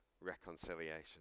reconciliation